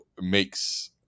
makes